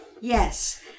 Yes